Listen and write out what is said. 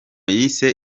yise